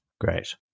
Great